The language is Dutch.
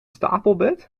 stapelbed